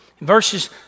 verses